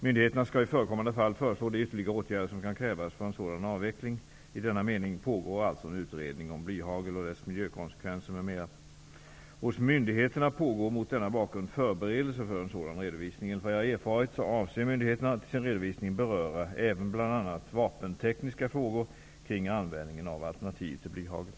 Myndigheterna skall i förekommande fall föreslå de ytterligare åtgärder som kan krävas för en sådan avveckling. I denna mening pågår alltså en utredning om blyhagel och dess miljökonsekvenser m.m. Hos myndigheterna pågår mot denna bakgrund förberedelse för en sådan redovisning. Enligt vad jag har erfarit avser myndigheterna att i sin redovisning beröra även bl.a. vapentekniska frågor kring användningen av alternativ till blyhagel.